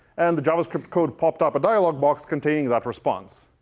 and the javascript code popped up a dialog box containing that response.